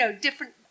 different